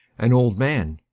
an old man,